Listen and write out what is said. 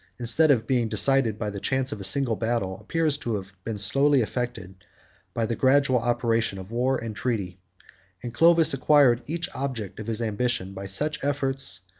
instead of being decided by the chance of a single battle, appears to have been slowly effected by the gradual operation of war and treaty and clovis acquired each object of his ambition, by such efforts,